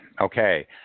Okay